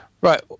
Right